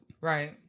right